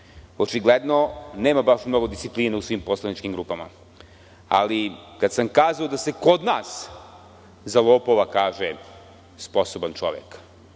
Očigledno, nema baš mnogo discipline u svim poslaničkim grupama. Ali, kad sam kazao da se kod nas za lopova kaže – sposoban čovek,